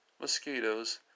mosquitoes